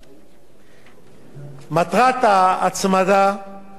מטרת ההצמדה היתה עדכון הקצבה,